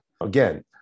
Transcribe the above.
Again